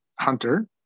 hunter